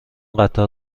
قطار